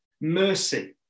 Mercy